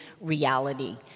reality